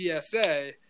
TSA